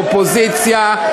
אופוזיציה.